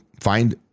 find